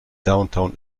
downtown